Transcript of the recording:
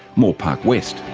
moore park west.